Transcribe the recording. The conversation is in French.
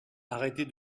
arrêtez